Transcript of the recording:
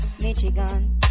Michigan